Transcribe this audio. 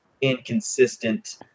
inconsistent